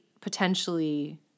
potentially